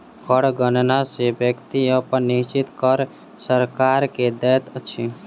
कर गणना सॅ व्यक्ति अपन निश्चित कर सरकार के दैत अछि